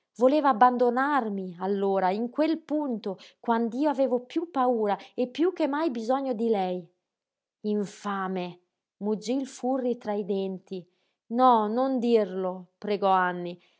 voleva abbandonarmi allora in quel punto quand'io avevo piú paura e piú che mai bisogno di lei infame muggí il furri tra i denti no non dirlo pregò anny